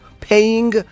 paying